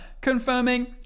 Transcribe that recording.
confirming